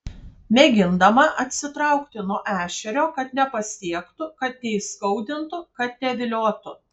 mėgindama atsitraukti nuo ešerio kad nepasiektų kad neįskaudintų kad neviliotų